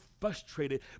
frustrated